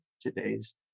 today's